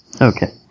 Okay